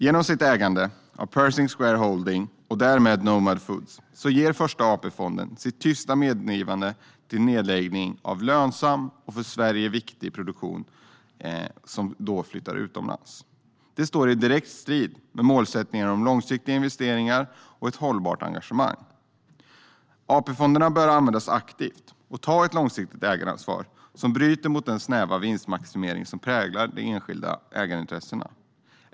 Genom sitt ägande i Pershing Square Holdings och därmed Nomad Foods ger Första AP-fonden sitt tysta medgivande till nedläggning av lönsam och för Sverige viktig produktion, som sedan flyttas utomlands. Det står i direkt strid med målsättningen om långsiktiga investeringar och hållbart engagemang. AP-fonderna bör användas aktivt och ta ett långsiktigt ägaransvar som bryter mot den snäva vinstmaximering som präglar de enskilda ägarintressena.